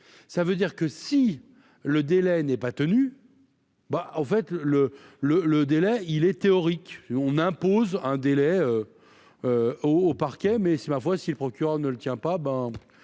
ça veut dire que si le délai n'est pas tenu. Bah, en fait, le le le le délai il est théorique, on impose un délai au parquet, mais c'est ma foi, si le procureur ne le tient pas ben